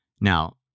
Now